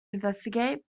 investigate